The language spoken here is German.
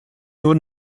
nur